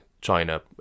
China